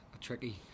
tricky